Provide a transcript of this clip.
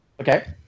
Okay